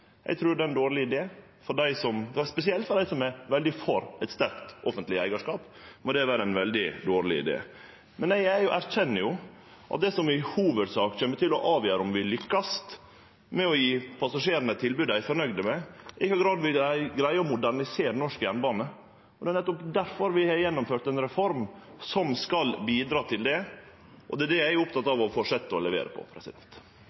Eg trur det er ein dårleg idé. Spesielt for dei som er veldig for eit sterkt offentleg eigarskap, må det vere ein veldig dårleg idé. Men eg erkjenner at det som i hovudsak kjem til å avgjere om vi vil lykkast med å gje passasjerane eit tilbod dei er fornøgde med, er i kva grad vi greier å modernisere norsk jernbane. Det er nettopp difor vi har gjennomført ei reform som skal bidra til det, og det er det eg er oppteken av å fortsetje å levere på.